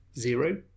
zero